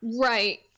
Right